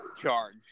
charge